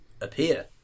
appear